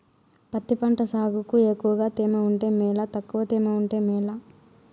పత్తి పంట సాగుకు ఎక్కువగా తేమ ఉంటే మేలా తక్కువ తేమ ఉంటే మేలా?